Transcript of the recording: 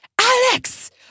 Alex